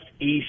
east